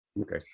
okay